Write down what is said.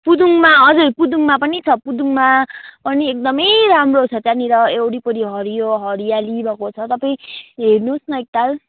पुदुङमा हजुर पुदुङमा पनि छ पुदुङ्गमा पनि एक्दमै राम्रो छ त्यहाँनिर वरिपरि हरियो हरियाली भएको छ तपाईँ हेर्नुहोस् न एकताल